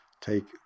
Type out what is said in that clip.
take